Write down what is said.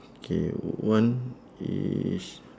K one is